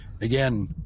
Again